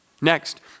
Next